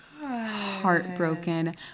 heartbroken